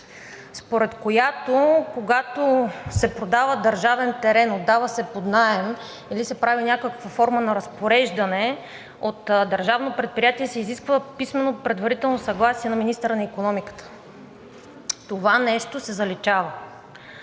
според която, когато се продава държавен терен, отдава се под наем или се прави някаква форма на разпореждане от държавно предприятие, се изисква писмено предварително съгласие на министъра на икономиката. Това нещо се заличава,